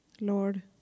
Lord